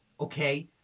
okay